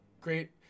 great